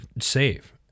save